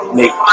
make